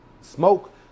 smoke